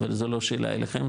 אבל זה לא שאלה אליכם,